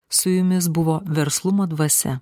su jumis buvo verslumo dvasia